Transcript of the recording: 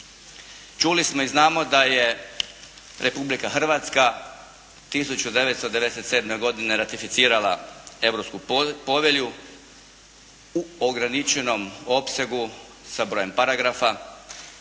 Čuli smo i znamo da je Republika Hrvatska 1997. godine ratificirala Europsku povelju u ograničenom opsegu sa brojem paragrafa.